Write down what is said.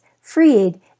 Freed